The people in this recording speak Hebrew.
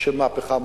של מהפכה מוסרית.